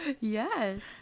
yes